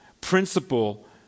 principle